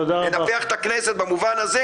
לנפח את הכנסת במובן הזה